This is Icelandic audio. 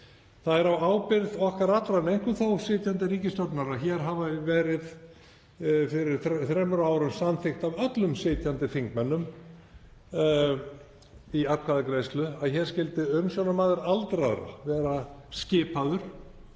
Það er á ábyrgð okkar allra, en einkum þó sitjandi ríkisstjórnar, að hér hafi verið fyrir þremur árum samþykkt af öllum sitjandi þingmönnum í atkvæðagreiðslu að hér skyldi umsjónarmaður aldraðra vera skipaður